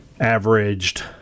Averaged